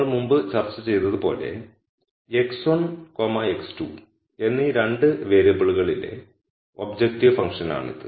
നമ്മൾ മുമ്പ് ചർച്ച ചെയ്തതുപോലെ x1 x2 എന്നീ 2 വേരിയബിളുകളിലെ ഒബ്ജക്റ്റീവ് ഫംഗ്ഷനാണിത്